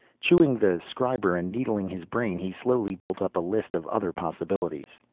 chewing the scriber and needling his brain, he slowly built up a list of other possibilities.